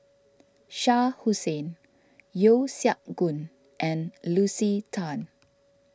Shah Hussain Yeo Siak Goon and Lucy Tan